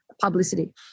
publicity